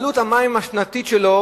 עלות המים השנתית שלו